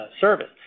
service